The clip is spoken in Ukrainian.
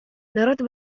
народ